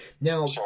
Now